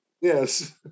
Yes